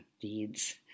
deeds